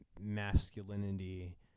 masculinity